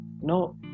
No